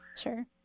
Sure